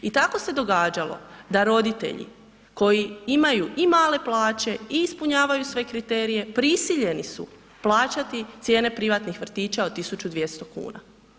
I tako se događalo da roditelji koji imaju i male plaće i ispunjavaju sve kriterije prisiljeni su plaćati cijene privatnih vrtića od 1200 kuna.